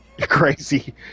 crazy